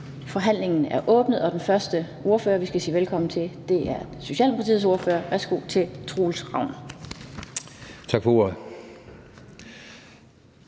Forhandlingen er åbnet, og den første ordfører, vi skal sige velkommen til, er Socialdemokratiets ordfører. Værsgo til Troels Ravn. Kl.